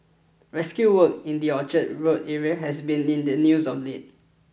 rescue work in the Orchard Road area has been in the news of late